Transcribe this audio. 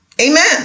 Amen